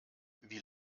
wie